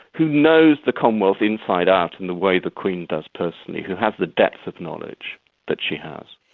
who knows the commonwealth inside out in the way the queen does personally? who has the depth of knowledge that she has?